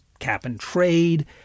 cap-and-trade